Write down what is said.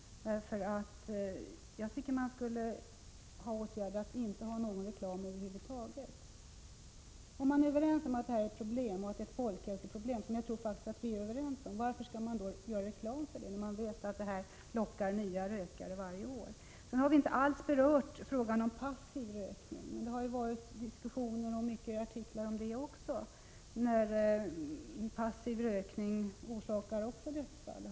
Den åtgärd som borde vidtas är att förbjuda tobaksreklamen över huvud taget. Om man är överens om att detta är ett folkhälsoproblem, vilket jag faktiskt tror att vi är överens om, varför skall man då göra reklam för varan? Vi vet att reklamen lockar nya rökare varje år. Vi har inte alls berört frågan om passiv rökning. Det har förekommit diskussioner och många artiklar om detta också. Passiv rökning orsakar också dödsfall.